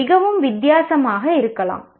இது மிகவும் வித்தியாசமாக இருக்கலாம்